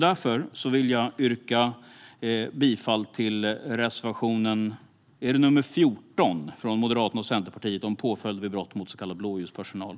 Därför yrkar jag bifall till reservation 14 från Moderaterna och Centerpartiet om påföljder vid brott mot så kallad blåljuspersonal.